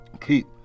Keep